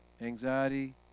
Anxiety